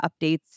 updates